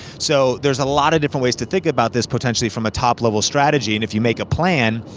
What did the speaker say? so there's a lot of different ways to think about this potentially from a top level strategy and if you make a plan,